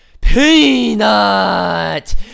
Peanut